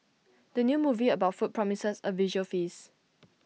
the new movie about food promises A visual feast